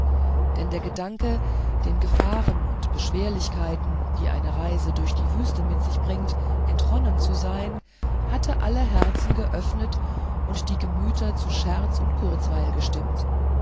denn der gedanke den gefahren und beschwerlichkeiten die eine reise durch die wüste mit sich bringt entronnen zu sein hatte alle herzen geöffnet und die gemüter zu scherz und kurzweil gestimmt